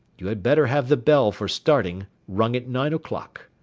you had better have the bell for starting rung at nine o'clock.